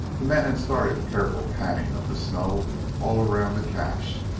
the men had started careful panning of the snow all around the cache.